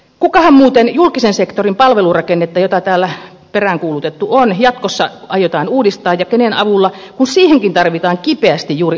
kuinkahan muuten julkisen sektorin palvelurakennetta jota täällä peräänkuulutettu on jatkossa aiotaan uudistaa ja kenen avulla kun siihenkin tarvitaan kipeästi juuri ammattikorkeakouluja